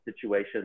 situation